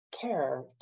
care